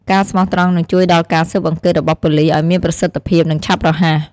ការស្មោះត្រង់នឹងជួយដល់ការស៊ើបអង្កេតរបស់ប៉ូលិសឲ្យមានប្រសិទ្ធភាព និងឆាប់រហ័ស។